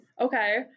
okay